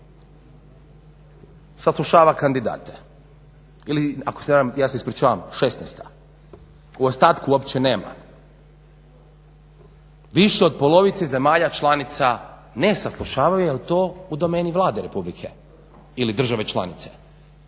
saslušava kandidate ili ako se ne varam, ja se ispričavam, šesnaesta u ostatku uopće nema, više do polovici zemalja članica ne saslušavaju jer je to u domeni Vlade Republike ili države članice.